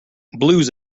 blues